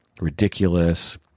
ridiculous